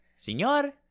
Señor